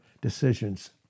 decisions